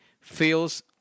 feels